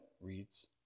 reads